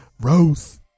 Rose